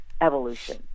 evolution